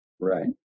Right